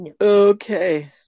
okay